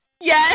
Yes